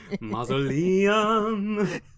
Mausoleum